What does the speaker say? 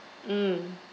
mm